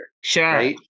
Sure